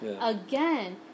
Again